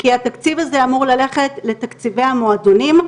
כי התקציב הזה אמור ללכת לתקציבי המועדונים.